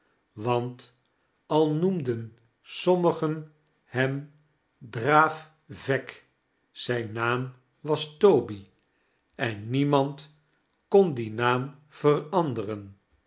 want al noemden sommigon hem draaf veok zijn naam was toby en niemand kon dien naarn